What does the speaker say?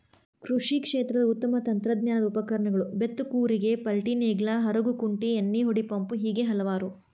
ಕೃಷಿ ಕ್ಷೇತ್ರದ ಉತ್ತಮ ತಂತ್ರಜ್ಞಾನದ ಉಪಕರಣಗಳು ಬೇತ್ತು ಕೂರಿಗೆ ಪಾಲ್ಟಿನೇಗ್ಲಾ ಹರಗು ಕುಂಟಿ ಎಣ್ಣಿಹೊಡಿ ಪಂಪು ಹೇಗೆ ಹಲವಾರು